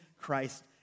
Christ